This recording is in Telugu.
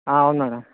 అవును మేడం